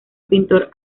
pintor